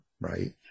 right